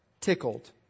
tickled